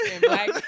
Black